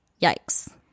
Yikes